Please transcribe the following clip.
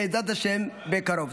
בעזרת השם בקרוב.